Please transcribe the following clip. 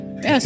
Yes